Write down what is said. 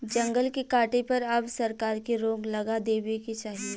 जंगल के काटे पर अब सरकार के रोक लगा देवे के चाही